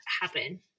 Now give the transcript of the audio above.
happen